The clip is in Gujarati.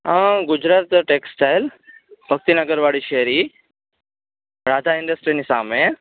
અ ગુજરાત ટેક્ષ ટાઇલ શ્વસતી નગરવાળી સેરી રાધા ઇન્ડસ્ટ્રીની સામે